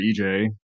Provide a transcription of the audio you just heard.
EJ